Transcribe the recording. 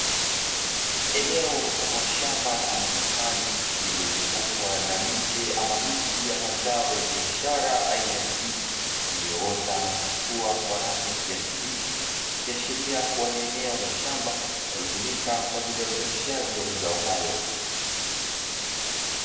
Eneo mfano wa shamba ama bustani, lililozungwa na miche ama miti ya mazao ya biashara aina ya ndizi, iliyoota na kuchipua kwa rangi ya kijani kibichi. Ikiashiria kuwa ni eneo la shamba linalotumika kwa ajili ya uzalishaji wa mazao hayo.